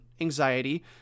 anxiety